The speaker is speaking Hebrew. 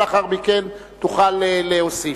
לאחר מכן תוכל להוסיף.